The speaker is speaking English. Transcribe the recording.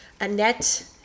Annette